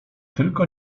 tylko